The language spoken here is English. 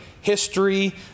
history